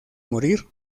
morir